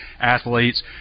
athletes